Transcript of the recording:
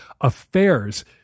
affairs